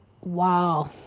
wow